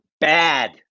bad